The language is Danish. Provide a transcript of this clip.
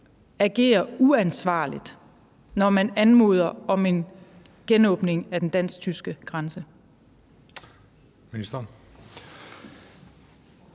agerer uansvarligt, når man anmoder om en genåbning af den dansk-tyske grænse?